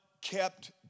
kept